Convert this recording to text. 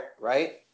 Right